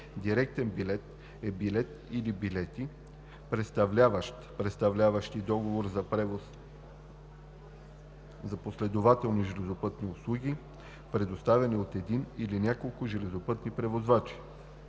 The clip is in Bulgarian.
„Директен билет“ е билет или билети, представляващ/представляващи договор за превоз за последователни железопътни услуги, предоставяни от един или няколко железопътни превозвачи.“